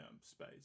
space